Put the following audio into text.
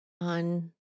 on